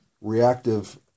reactive